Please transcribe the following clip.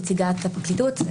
נציגת הפרקליטות,